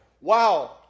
wow